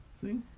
see